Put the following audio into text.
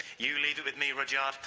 you leave it with me rudyard.